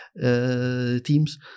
teams